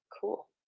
cool